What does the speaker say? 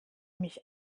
mich